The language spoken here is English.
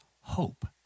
hope